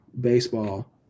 baseball